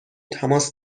تماس